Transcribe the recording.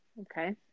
Okay